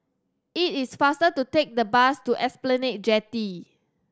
it is faster to take the bus to Esplanade Jetty